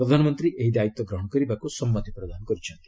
ପ୍ରଧାନମନ୍ତ୍ରୀ ଏହି ଦାୟିତ୍ୱ ଗ୍ରହଣ କରିବାକୁ ସମ୍ମତି ପ୍ରଦାନ କରିଚ୍ଛନ୍ତି